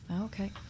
Okay